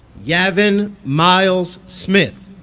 yavin myles smith